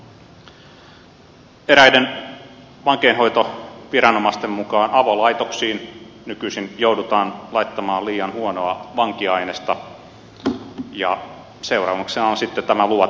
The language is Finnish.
eräiden vankeinhoitoviranomaisten mukaan avolaitoksiin joudutaan nykyisin laittamaan liian huonoa vankiainesta ja seuraamuksena on sitten tämä luvaton poistuminen